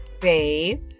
babe